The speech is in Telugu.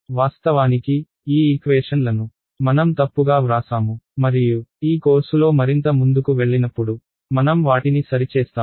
వాస్తవానికి ఈ ఈక్వేషన్ లను మనం తప్పుగా వ్రాసాము మరియు ఈ కోర్సులో మరింత ముందుకు వెళ్ళినప్పుడు మనం వాటిని సరిచేస్తాము